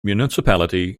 municipality